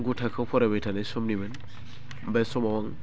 गु थाखोआव फरायबाय थानाय समनिमोन बे समाव आं